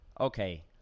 Okay